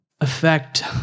affect